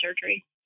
surgery